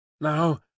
Now